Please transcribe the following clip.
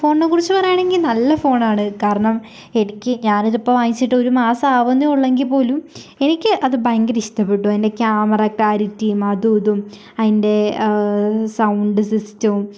ഫോണിനെക്കുറിച്ച് പറയുകയാണെങ്കിൽ നല്ല ഫോണാണ് കാരണം എനിക്ക് ഞാനിതിപ്പോൾ വാങ്ങിച്ചിട്ട് ഒരു മാസം ആവുന്നതേ ഉള്ളതെങ്കിൽ പോലും എനിക്ക് അത് ഭയങ്കര ഇഷ്ട്ടപ്പെട്ടു അതിൻ്റെ ക്യാമറ ക്ലാരിറ്റിയും അതും ഇതും അതിൻ്റെ സൗണ്ട് സിസ്റ്റവും